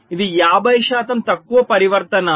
ఇది 50 శాతం తక్కువ పరివర్తనాలు